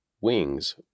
wings